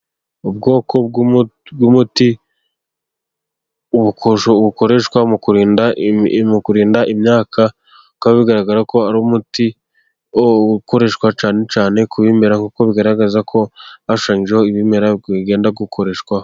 Ubwoko bw'umuti ubu bukoreshwa mu kurinda mu kurinda imyaka bikaba bigaragara ko ari umuti, ukoreshwa cyane cyane ku bimera, kuko bigaragaza ko hashushanyijeho ibimera ugenda ukoreshwaho.